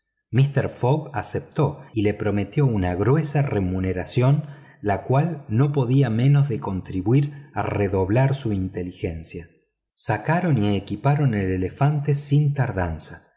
mister fogg aceptó y le prometió una gruesa remuneración lo cual no podía menos de contribuir a redoblar su inteligencia sacaron y equiparon al elefante sin tardanza